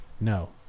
No